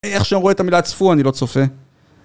איך שאני רואה את המילה צפו אני לא צופה